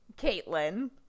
caitlin